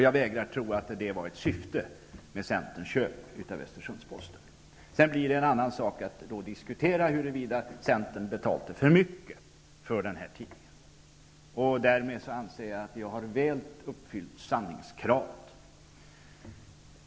Jag vägrar att tro att det var ett syfte med Centerns köp av Östersunds Posten. Det blir en annan sak att diskutera huruvida Centern betalade för mycket för den här tidningen. Därmed anser jag att jag väl har uppfyllt sanningskravet.